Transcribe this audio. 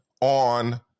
on